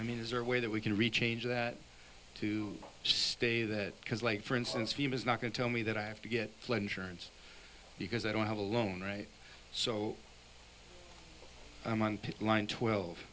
i mean is there a way that we can reach change that to stay that because like for instance hume is not going to tell me that i have to get flood insurance because i don't have a loan right so i'm on picket line twelve